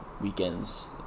weekends